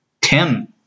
Tim